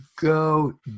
go